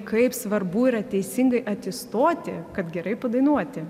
kaip svarbu yra teisingai atsistoti kad gerai padainuoti